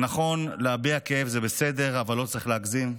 נכון, להביע כאב זה בסדר, אבל לא צריך להגזים.